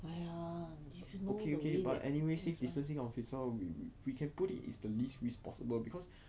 okay okay but anyway safe distancing officer we we we can put it is the least possible because